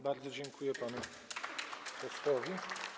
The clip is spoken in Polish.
Bardzo dziękuję panu posłowi.